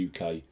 UK